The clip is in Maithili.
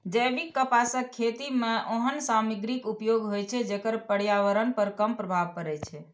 जैविक कपासक खेती मे ओहन सामग्रीक उपयोग होइ छै, जेकर पर्यावरण पर कम प्रभाव पड़ै छै